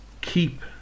keep